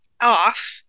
off